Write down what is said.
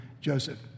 Joseph